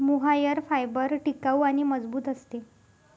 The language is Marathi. मोहायर फायबर टिकाऊ आणि मजबूत असते